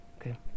Okay